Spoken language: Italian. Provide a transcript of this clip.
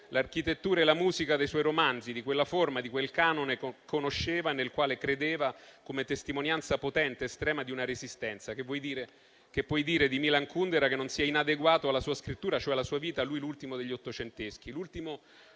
l'architettura e la musica dei suoi romanzi, di quella forma, di quel canone che conosceva e nel quale credeva, come testimonianza potente ed estrema di una resistenza. Che puoi dire? Che vuoi dire di Milan Kundera, che non sia inadeguato alla sua scrittura, cioè alla sua vita? Lui, l'ultimo degli ottocenteschi.